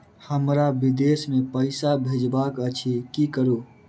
हमरा विदेश मे पैसा भेजबाक अछि की करू?